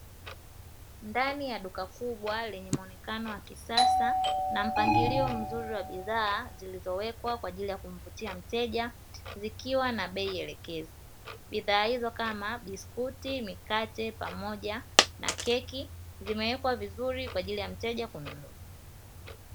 Ndani ya duka kubwa lenye muonekano wa kisasa na mpangilio mzuri wa bidhaa zilizowekwa kwa ajili ya kumvutia mteja zikiwa na bei elekezi, bidhaa hizo kama biskuti, mikate pamoja na keki zimewekwa vizuri kwa ajili ya mteja kwenda kununua.